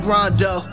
Rondo